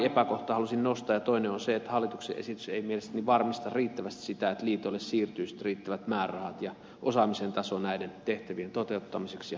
toinen on se että hallituksen esitys ei mielestäni varmista riittävästi sitä että liitoille siirtyy riittävät määrärahat ja osaamisen taso näiden tehtävien toteuttamiseksi